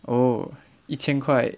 oh 一千块